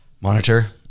Monitor